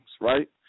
right